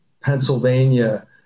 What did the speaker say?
Pennsylvania